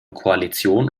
koalition